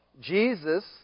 Jesus